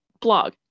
blog